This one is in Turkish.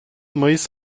mayıs